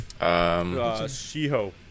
Shiho